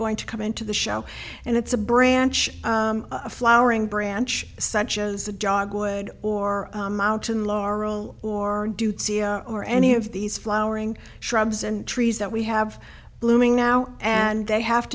going to come into the show and it's a branch flowering branch such as the dog would or mountain laurel or or any of these flowering shrubs and trees that we have blooming now and